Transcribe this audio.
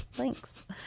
Thanks